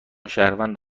شهروند